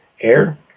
air